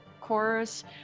chorus